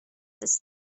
this